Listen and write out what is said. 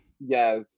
yes